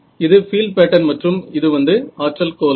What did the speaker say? இது field pattern மற்றும் இது வந்து ஆற்றல் கோலம்